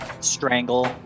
strangle